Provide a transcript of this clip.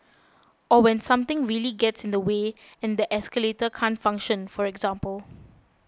or when something really gets in the way and the escalator can't function for example